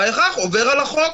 בהכרח עובר על החוק,